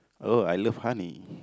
oh I love honey